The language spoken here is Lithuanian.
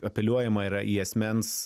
apeliuojama yra į asmens